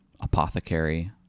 apothecary